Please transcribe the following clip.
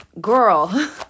girl